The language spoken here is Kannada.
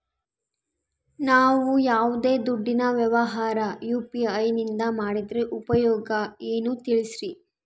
ನಾವು ಯಾವ್ದೇ ದುಡ್ಡಿನ ವ್ಯವಹಾರ ಯು.ಪಿ.ಐ ನಿಂದ ಮಾಡಿದ್ರೆ ಉಪಯೋಗ ಏನು ತಿಳಿಸ್ರಿ?